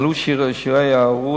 עלו שיעורי ההיארעות,